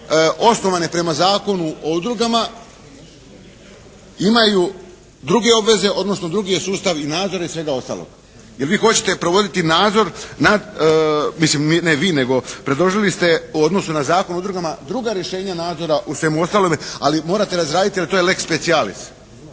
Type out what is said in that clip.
osnovane prema Zakonu o udrugama imaju druge obveze odnosno drugi je sustav i nadzora i svega ostaloga. Je li vi hoćete provoditi nadzor nad, mislim ne vi, nego predložili ste u odnosu na Zakon o udrugama druga rješenja nadzora u svem ostalome, ali morate razraditi jer to je lex specialis.